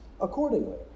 accordingly